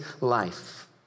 life